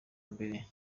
mbere